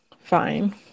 fine